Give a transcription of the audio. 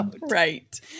Right